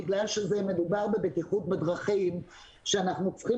בגלל שמדובר בבטיחות בדרכים שאנחנו צריכים